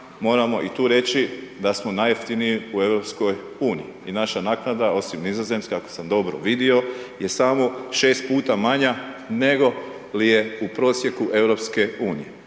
moramo i tu reći da smo najjeftiniji u EU i naša naknada, osim nizozemske, ako sam dobro vidio, je samo 6 puta manja nego li je u prosjeku EU.